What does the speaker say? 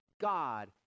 god